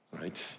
Right